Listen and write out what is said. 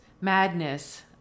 madness